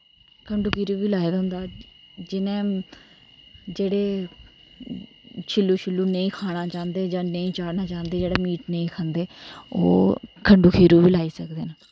खण्डु खीरू बी लाए दा होंदा जिनें जेह्ड़े शिल्लु शुल्लु नेईं खाना चाह्ंदे जां नेईं चाढ़ना चाह्ंदे जेह्ड़े मीट नेईं खंदे ओह् खण्डु खीरू बी लाई सकदे न